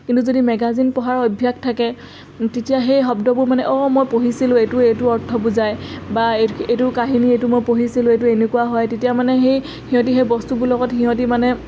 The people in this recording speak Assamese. কিন্তু যদি মেগাজিন পঢ়াৰ অভ্যাস থাকে তেতিয়া সেই শব্দবোৰ মানে অঁ মই পঢ়িছিলোঁ এইটো এইটো অৰ্থ বুজায় বা এইটো কাহিনী এইটো মই পঢ়িছিলোঁ এইটো এনেকুৱা হয় তেতিয়া মানে সেই সিহঁতে সেই বস্তুবোৰ লগত সিহঁতে মানে